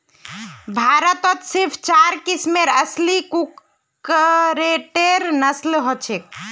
भारतत सिर्फ चार किस्मेर असली कुक्कटेर नस्ल हछेक